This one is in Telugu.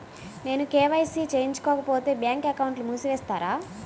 నేను కే.వై.సి చేయించుకోకపోతే బ్యాంక్ అకౌంట్ను మూసివేస్తారా?